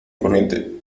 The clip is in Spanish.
corriente